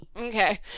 Okay